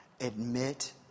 admit